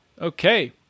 Okay